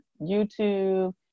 YouTube